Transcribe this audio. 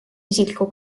isikliku